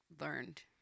learned